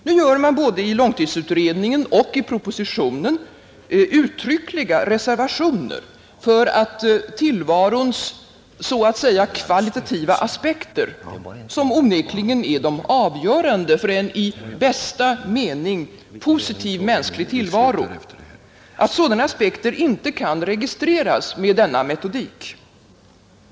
Nu gör man både i långtidsutredningen och i propositionen uttryckliga reservationer för att tillvarons så att säga kvalitativa aspekter, som onekligen är de avgörande för en i bästa mening positiv mänsklig tillvaro, inte kan registreras med denna metodik.